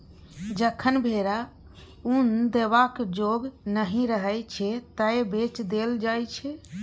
जखन भेरा उन देबाक जोग नहि रहय छै तए बेच देल जाइ छै